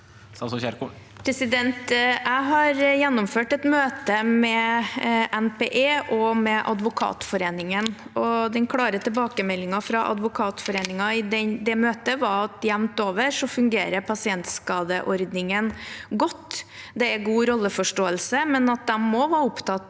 Jeg har gjen- nomført et møte med NPE og med Advokatforeningen. Den klare tilbakemeldingen fra Advokatforeningen i det møtet var at jevnt over fungerer pasientskadeordningen godt, og det er god rolleforståelse, men de var også opptatt